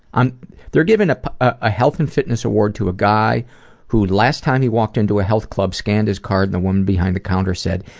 they are giving ah a health and fitness award to a guy who last time he walked into a health club, scanned his card, the woman behind the counter said,